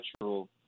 natural